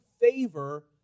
favor